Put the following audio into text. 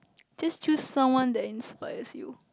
just choose someone that inspires you